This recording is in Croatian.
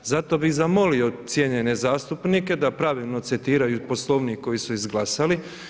Zato bih zamolio cijenjene zastupnike da pravilno citiraju Poslovnik koji su izglasali.